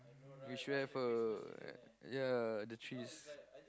we should have a ya the trees